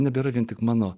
nebėra vien tik mano